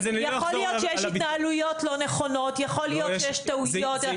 שיש התנהלויות לא נכונות, יכול להיות שיש טעויות.